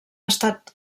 estat